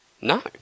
No